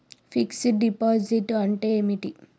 Fix డ్ deposit అంటే ఏమిటి?